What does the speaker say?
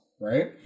right